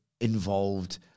involved